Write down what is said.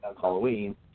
Halloween